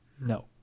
No